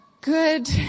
good